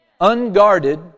unguarded